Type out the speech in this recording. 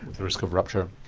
the risk of rupture.